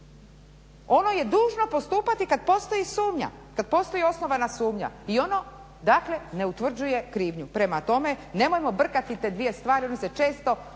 ono je dužno postupati kada postoji sumnja, kada postoji osnovana sumnja. I ono ne utvrđuje krivnju. Prema tome nemojmo brkati te dvije stvari a onda se često